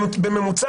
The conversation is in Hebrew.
בממוצע,